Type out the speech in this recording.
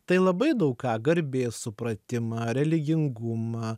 tai labai daug ką garbės supratimą religingumą